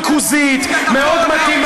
זה, איזה עידן התחיל?